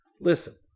listen